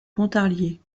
pontarlier